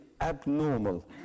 abnormal